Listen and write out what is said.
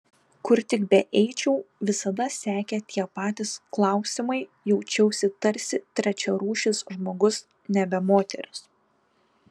kur tik beeičiau visada sekė tie patys klausimai jaučiausi tarsi trečiarūšis žmogus nebe moteris